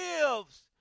lives